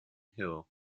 hill